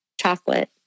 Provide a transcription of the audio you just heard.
chocolate